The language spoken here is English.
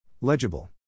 Legible